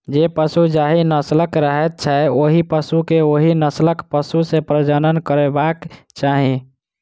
जे पशु जाहि नस्लक रहैत छै, ओहि पशु के ओहि नस्लक पशु सॅ प्रजनन करयबाक चाही